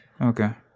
Okay